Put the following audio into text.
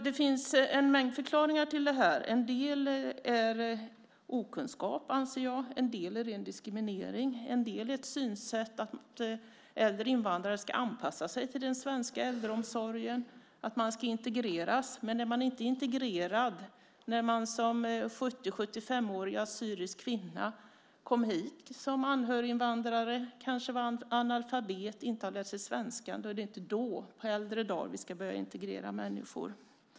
Det finns en mängd förklaringar till detta. En del handlar om okunskap, anser jag. En del handlar om ren diskriminering. En del handlar om synsättet att äldre invandrare ska anpassa sig till den svenska äldreomsorgen, att de ska integreras. Men en 70-75-årig assyrisk kvinna som kommit hit som anhöriginvandrare, kanske är analfabet och inte har lärt sig svenska, ska inte börja integreras på äldre dagar.